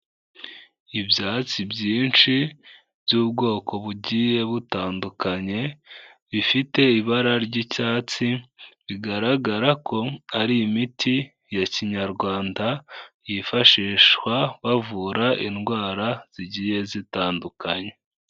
Ibyatsi byinshi, by'ubwoko bugiye butandukanye, bifite ibara ry'icyatsi, bigaragara ko ari imiti ya kinyarwanda, yifashishwa bavura indwara zigiye zitandukanye.